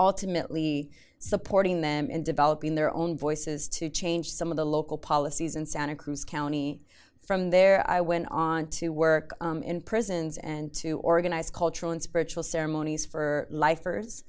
alternately supporting them in developing their own voices to change some of the local policies in santa cruz county from there i went on to work in prisons and to organize cultural and spiritual ceremonies for lifers